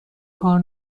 کار